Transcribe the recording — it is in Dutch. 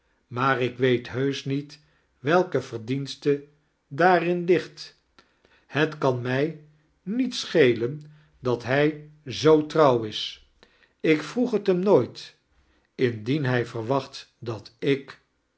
maar ik weet heusch niet welke verdienste daarin ligt het kan mij niet schelen dat hij zoo trouw is ik vroeg het hem nooit indien hij verwacht dat ik